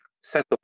set